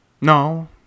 No